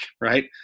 Right